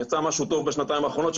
יצא משהו טוב בשנתיים האחרונות,